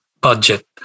budget